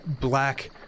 black